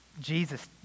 Jesus